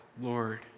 Lord